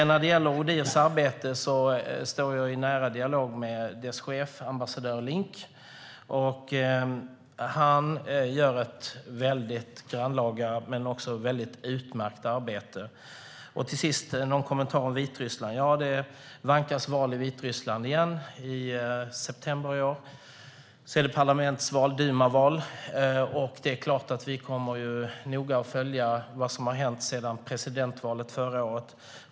När det gäller Odihrs arbete står jag i nära dialog med chefsambassadör Link. Han gör ett grannlaga och utmärkt arbete. Låt mig till sist kommentera Vitryssland. Det vankas val till duman i Vitryssland i september. Vi kommer att noga följa vad som har hänt sedan presidentvalet förra året.